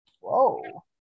Whoa